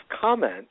comment